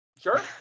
Sure